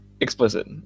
Explicit